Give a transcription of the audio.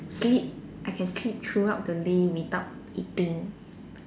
sleep I can sleep throughout the day without eating